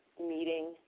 meeting